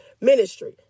ministry